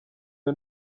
iyo